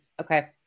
okay